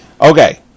Okay